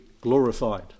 glorified